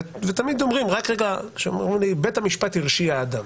ותמיד אמרו לי שבית המשפט הרשיע אדם,